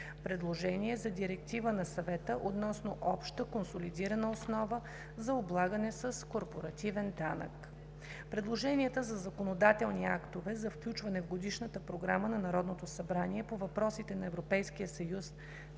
Предложение за Директива на Съвета относно обща консолидирана основа за облагане с корпоративен данък. Предложенията за законодателни актове за включване в Годишната програма на Народното събрание по въпросите на Европейския съюз